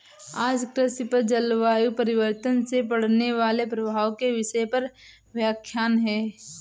आज कृषि पर जलवायु परिवर्तन से पड़ने वाले प्रभाव के विषय पर व्याख्यान है